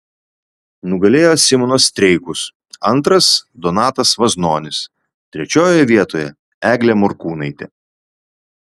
nugalėjo simonas streikus antras donatas vaznonis trečiojoje vietoje eglė morkūnaitė